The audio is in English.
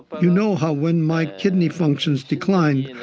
you know how when my kidney functions declined,